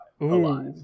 alive